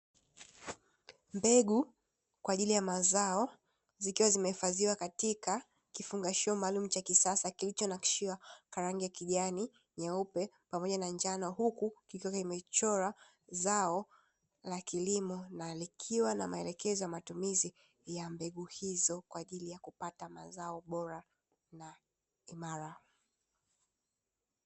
Mbegu kwa ajili ya mazao zikiwa zimehifadhiwa katika kifungashio maalumu cha kisasa kilichonakishiwa kwa rangi ya kijani, nyeupe pamoja na njao; huku kikiwa kimechora zao la kilimo na likiwa na maelekezo ya matumizi ya mbegu hizo kwa ajili kupata mazao bora na imara.